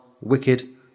wicked